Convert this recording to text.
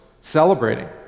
celebrating